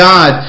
God